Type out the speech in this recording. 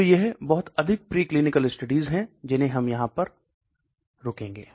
तो यह बहुत अधिक प्रीक्लिनिकल स्टडीज है जिन्हें हम यहाँ पर रुकेंगे